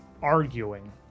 arguing